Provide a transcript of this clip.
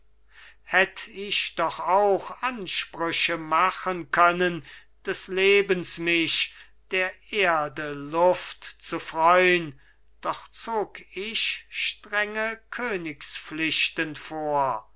hätt ich doch auch ansprüche machen können des lebens mich der erde lust zu freun doch zog ich strenge königspflichten vor